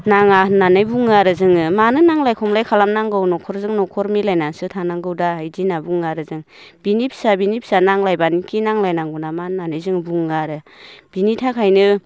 नाङा होननानै बुङो आरो जोङो मानो नांज्लाय खमलाय खालामनांगौ न'खरजों न'खर मिलायनासो थानांगौ दा बिदि होनना बुङो आरो जों बिनि फिसा बिनि फिसा नांज्लायबानोखि नांज्लाय नांगौ नामा होननानै जों बुङो आरो बेनि थाखायनो